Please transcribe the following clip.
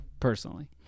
personally